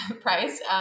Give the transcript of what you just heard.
price